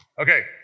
Okay